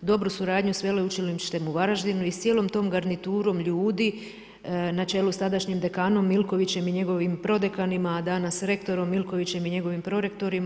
dobru suradnju sa Veleučilištem u Varaždinu i s cijelom tom garniturom ljudi na čelu s a sadašnjim dekanom Milkovićem i njegovim prodekanima, a danas, rektorom Milkovićem i njegovim prorektorima.